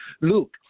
Luke